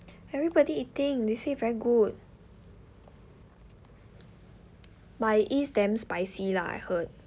everybody eating they say very good but it is damn spicy lah I heard